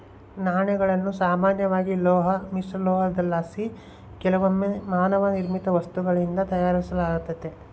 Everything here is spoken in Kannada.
ನಾಣ್ಯಗಳನ್ನು ಸಾಮಾನ್ಯವಾಗಿ ಲೋಹ ಮಿಶ್ರಲೋಹುದ್ಲಾಸಿ ಕೆಲವೊಮ್ಮೆ ಮಾನವ ನಿರ್ಮಿತ ವಸ್ತುಗಳಿಂದ ತಯಾರಿಸಲಾತತೆ